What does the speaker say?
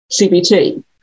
CBT